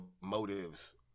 motives